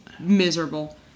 miserable